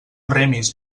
remis